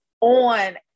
on